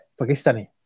Pakistani